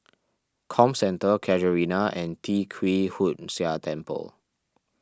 Comcentre Casuarina and Tee Kwee Hood Sia Temple